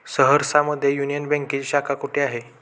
सहरसा मध्ये युनियन बँकेची शाखा कुठे आहे?